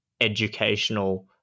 educational